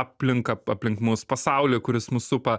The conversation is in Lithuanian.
aplinką aplink mus pasaulį kuris mus supa